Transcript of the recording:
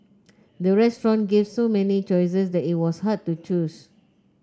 the restaurant gave so many choices that it was hard to choose